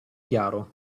chiaro